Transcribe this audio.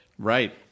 Right